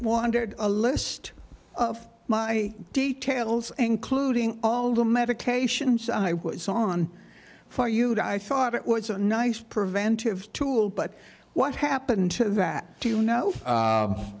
hundred a list of my details including all the medications i was on for you to i thought it was a nice preventive tool but what happened to that do you know